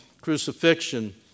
crucifixion